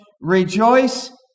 Rejoice